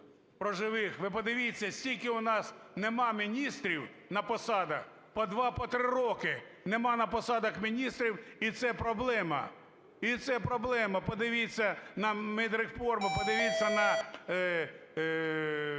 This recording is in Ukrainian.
Ви подивіться, скільки у нас нема міністрів на посадах: по 2, по 3 роки нема на посадах міністрів і це проблема. І це проблема. Подивіться на медреформу, подивіться на